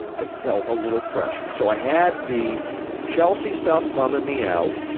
i felt a little pressure. so i had the chelsea stuff bumming me out,